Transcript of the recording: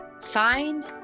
find